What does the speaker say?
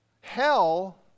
Hell